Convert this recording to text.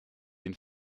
den